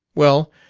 well,